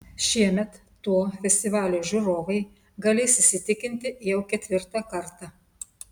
šiemet tuo festivalio žiūrovai galės įsitikinti jau ketvirtą kartą